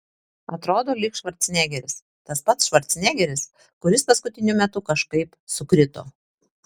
atrodo lyg švarcnegeris tas pats švarcnegeris kuris paskutiniu metu kažkaip sukrito